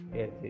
yes